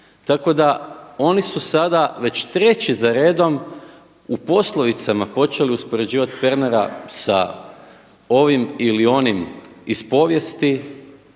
Tako da oni su sada već treći za redom u poslovicama počeli uspoređivati Pernara sa ovim ili onim iz povijesti